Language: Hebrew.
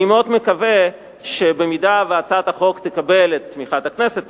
אני מאוד מקווה שאם הצעת החוק תקבל את תמיכת הכנסת,